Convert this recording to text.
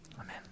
Amen